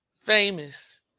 famous